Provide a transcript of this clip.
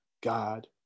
god